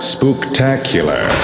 Spooktacular